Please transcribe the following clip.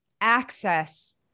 access